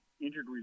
injured